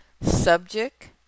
Subject